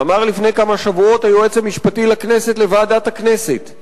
ואמר לפני כמה שבועות היועץ המשפטי לכנסת לוועדת הכנסת: